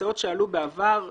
הצעות שעלו בעבר ונשקלו.